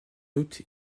août